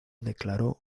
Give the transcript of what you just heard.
declaró